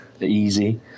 easy